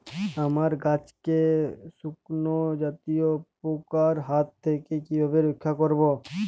আমার গাছকে শঙ্কু জাতীয় পোকার হাত থেকে কিভাবে রক্ষা করব?